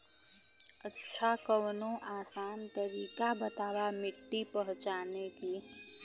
अच्छा कवनो आसान तरीका बतावा मिट्टी पहचाने की?